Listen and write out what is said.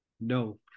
no